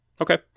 Okay